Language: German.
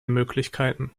möglichkeiten